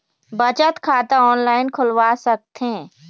बचत खाता ऑनलाइन खोलवा सकथें?